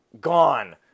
gone